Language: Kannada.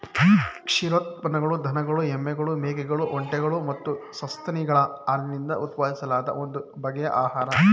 ಕ್ಷೀರೋತ್ಪನ್ನಗಳು ದನಗಳು ಎಮ್ಮೆಗಳು ಮೇಕೆಗಳು ಒಂಟೆಗಳು ಮತ್ತು ಸಸ್ತನಿಗಳ ಹಾಲಿನಿಂದ ಉತ್ಪಾದಿಸಲಾದ ಒಂದು ಬಗೆಯ ಆಹಾರ